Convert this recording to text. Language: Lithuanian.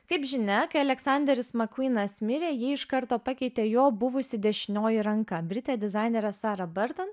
kaip žinia kai aleksanderis mcquenas mirė jį iš karto pakeitė jo buvusi dešinioji ranka britė dizainerė sara bartan